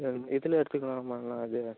எது இதில் எடுத்துக்கலாமாங்கண்ணா அது